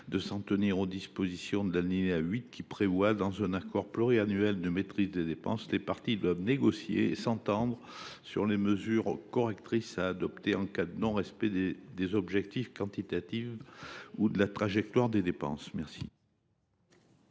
de nous en tenir aux dispositions prévues à l’alinéa 8 selon lesquelles, dans le cadre de l’accord pluriannuel de maîtrise des dépenses, les parties doivent négocier et s’entendre sur les mesures correctrices à adopter en cas de non respect des objectifs quantitatifs ou de la trajectoire de dépenses. Les